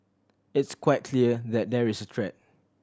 it's quite clear that there is a threat